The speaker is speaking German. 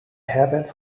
herbert